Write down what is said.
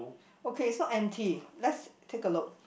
okay it's not empty let's take a look